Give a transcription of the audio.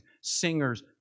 Singers